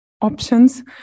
options